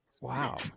wow